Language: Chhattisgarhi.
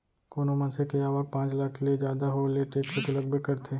कोनो मनसे के आवक पॉच लाख ले जादा हो ले टेक्स तो लगबे करथे